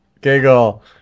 Giggle